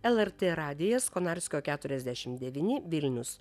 lrt radijas konarskio keturiasdešim devyni vilnius